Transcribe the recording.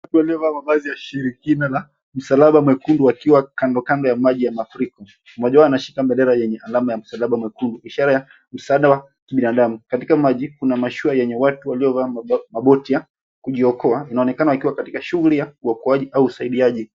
Mtu aliyevaa mavazi ya shirikina la msalaba mwekundu wakiwa kandokando ya maji ya mafuriko. Mmoja wao anashika bendera yenye alama ya msalaba mwekundu ishara ya msaada wa kibinadamu. Katika maji kuna mashua yenye watu waliovaa maboti ya kujiokoa. Inaonekana akiwa katika shughuli ya uokoaji au usaidiaji.